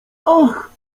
ach